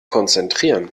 konzentrieren